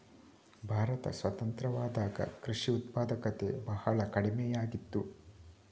ಭಾರತ ಸ್ವತಂತ್ರವಾದಾಗ ಕೃಷಿ ಉತ್ಪಾದಕತೆ ಬಹಳ ಕಡಿಮೆಯಾಗಿತ್ತು